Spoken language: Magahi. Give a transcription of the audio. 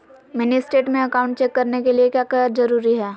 मिनी स्टेट में अकाउंट चेक करने के लिए क्या क्या जरूरी है?